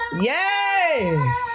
Yes